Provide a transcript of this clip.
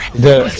the